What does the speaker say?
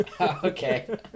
Okay